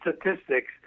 statistics